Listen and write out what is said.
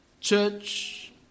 church